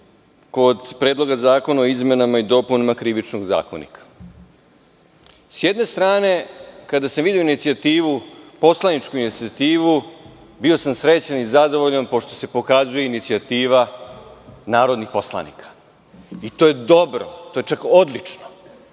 kod Predloga zakona o izmenama i dopunama Krivičnog zakonika.S jedne strane, kada sam video poslaničku inicijativu, bio sam srećan i zadovoljan pošto se pokazuje inicijativa narodnih poslanika i to je dobro. To je čak odlično.Međutim,